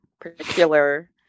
particular